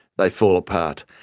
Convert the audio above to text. they fall apart.